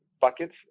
buckets